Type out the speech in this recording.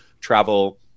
travel